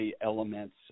elements